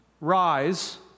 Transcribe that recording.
rise